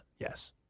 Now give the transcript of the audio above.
Yes